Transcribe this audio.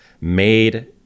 made